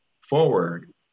forward